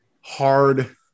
hard